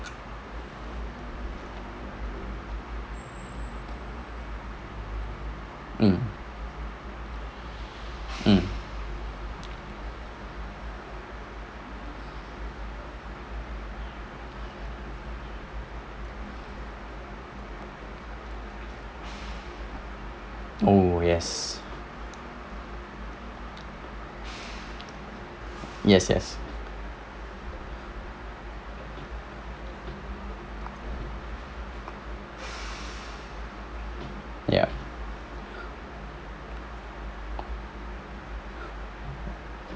mm mm oh yes yes yes ya